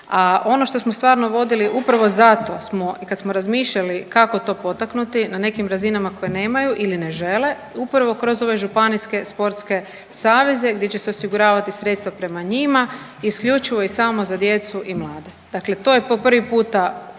ono što smo stvarno vodili, upravo zato smo i kad smo razmišljali kako to potaknuti na nekim razinama koje nemaju ili ne žele upravo kroz ove županijske sportske saveze gdje će osiguravati sredstva prema njima isključivo i samo za djecu i mlade,